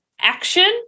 action